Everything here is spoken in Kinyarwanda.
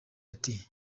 ati